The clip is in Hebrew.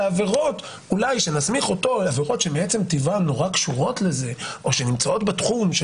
אולי כשנסמיך אותו לעבירות שטיבן קשורות לזה או שנמצאות בתחום,